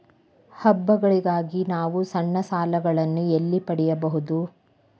ಹಬ್ಬಗಳಿಗಾಗಿ ನಾನು ಸಣ್ಣ ಸಾಲಗಳನ್ನು ಎಲ್ಲಿ ಪಡೆಯಬಹುದು?